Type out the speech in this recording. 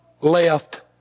left